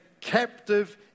captive